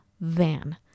Van